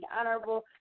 Honorable